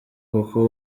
kuko